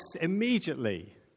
immediately